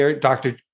Dr